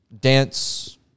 Dance